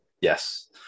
Yes